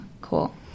cool